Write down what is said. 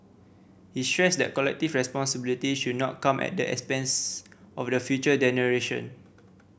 he stressed that collective responsibility should not come at the expense of the future generation